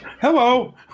Hello